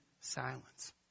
silence